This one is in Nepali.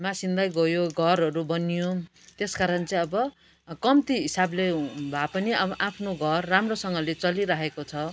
मासिँदै गयो घरहरू बनियो त्यसकारण चाहिँ अब कम्ती हिसाबले भा पनि आफ्नु घर राम्रोसँगले चलिराखेको छ